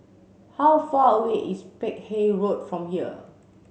how far away is Peck Hay Road from here